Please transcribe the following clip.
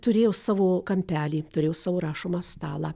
turėjo savo kampelį turėjo savo rašomą stalą